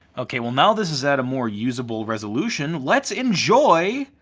okay, well now this is at a more usable resolution, let's enjoy